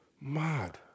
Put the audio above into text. Mad